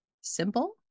simple